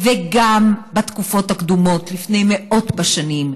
וגם בתקופות הקדומות לפני מאות שנים,